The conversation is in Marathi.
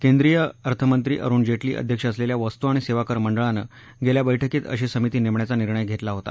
केंद्रीय अर्थमंत्री अरुण जेटली अध्यक्ष असलेल्या वस्तू आणि सेवा कर मंडळानं गेल्या बैठकीत अशी समिती नेमण्याचा निर्णय घेतला होता